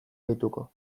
gehituko